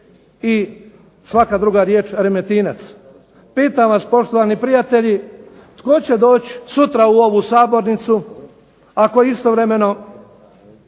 i svaka druga riječ "Remetinec". Pitam vas poštovani prijatelji tko će doći sutra u ovu sabornicu ako istovremeno